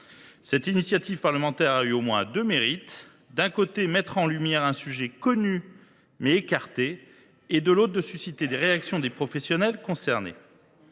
Cette initiative parlementaire a eu au moins deux mérites : d’une part, mettre en lumière un sujet connu, mais éludé, d’autre part, susciter des réactions des professionnels concernés.